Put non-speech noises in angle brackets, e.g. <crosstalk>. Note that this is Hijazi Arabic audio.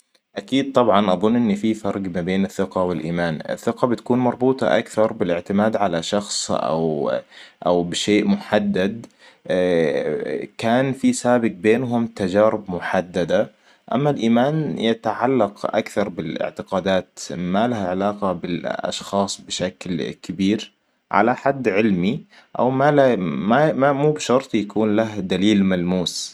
أكيد طبعاً أظن ان في فرق ما بين الثقة والإيمان. الثقة بتكون مربوطة أكثر بالإعتماد على شخص او- او بشيء محدد. <hesitation> كان في سابق بينهم تجارب محددة. اما الإيمان يتعلق اكثر بالإعتقادات ما لها علاقة بالأشخاص بشكل كبير. على حد علمي أو ما لا <hesitation> مو بشرط يكون لها دليل ملموس